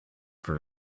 for